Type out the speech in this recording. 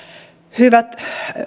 hyvät